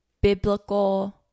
biblical